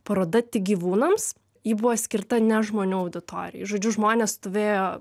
paroda tik gyvūnams ji buvo skirta ne žmonių auditorijai žodžiu žmonės stovėjo